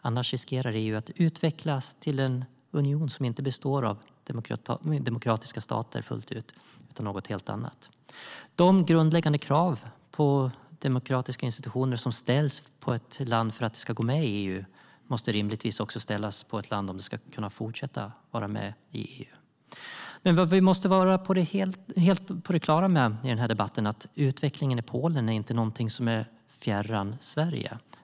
Annars riskerar EU att utvecklas till en union som inte består av fullt ut demokratiska stater utan något helt annat. Vi måste vara helt på det klara i debatten att utvecklingen i Polen inte är fjärran Sverige.